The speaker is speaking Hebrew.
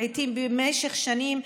לעיתים למשך שנים,